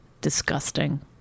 Disgusting